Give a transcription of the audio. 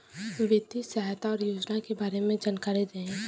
वित्तीय सहायता और योजना के बारे में जानकारी देही?